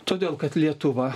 todėl kad lietuva